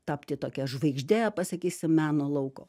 tapti tokia žvaigžde pasakysim meno lauko